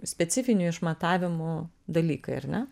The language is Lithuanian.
specifinių išmatavimų dalykai ar ne